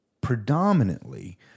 predominantly